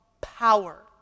power